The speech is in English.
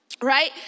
right